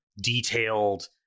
detailed